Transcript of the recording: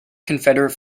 confederate